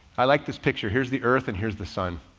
i like this picture. here's the earth and here's the sun.